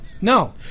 No